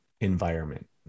environment